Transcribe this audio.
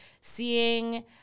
seeing